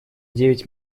девять